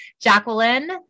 Jacqueline